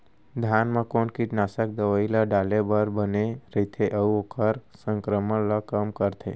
धान म कोन कीटनाशक दवई ल डाले बर बने रइथे, अऊ ओखर संक्रमण ल कम करथें?